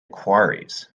quarries